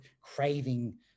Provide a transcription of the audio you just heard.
craving